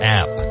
app